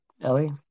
Ellie